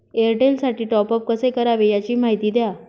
एअरटेलसाठी टॉपअप कसे करावे? याची माहिती द्या